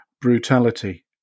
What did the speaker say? Brutality